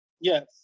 Yes